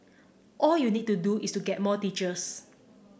all you need to do is get more teachers